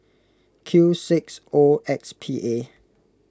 Q six O X P A